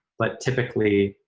but typically,